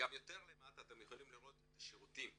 יותר למטה אתם יכולים לראות את השירותים